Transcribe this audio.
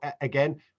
again